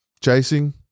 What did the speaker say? chasing